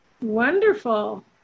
Wonderful